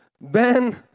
Ben